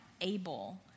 able